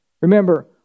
Remember